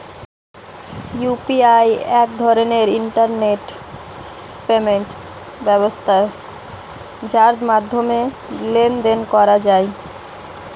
UPI এক ধরনের internet payment ব্যবস্থা যার মাধ্যমে লেনদেন করা যায়